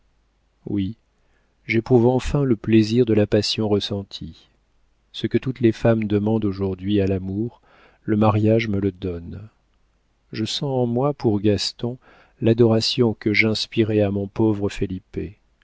oui j'éprouve enfin le plaisir de la passion ressentie ce que toutes les femmes demandent aujourd'hui à l'amour le mariage me le donne je sens en moi pour gaston l'adoration que j'inspirais à mon pauvre